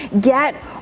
get